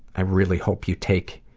i really hope you take